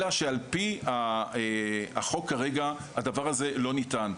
אלא שעל פי החוק כרגע, הדבר הזה לא ניתן.